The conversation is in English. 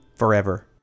forever